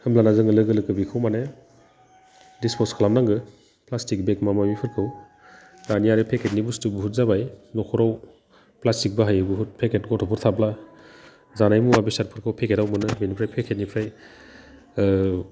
होमब्लाना जोङो लोगो लोगो बेखौ मानि डिसपस खालामनांगो प्लासटिक बेग माबा माबिफोरखौ दानि आरो पेकेटनि बुसथु बुहुथ जाबाय नख'राव प्लासटिक बाहायो बुहुथ पेकेट गथ'फोर थाब्ला जानाय मुवा बेसादफोरखौ पेकेटआव मोनो बेनिफ्राय पेकेटनिफ्राय ओह